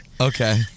Okay